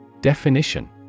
Definition